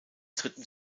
dritten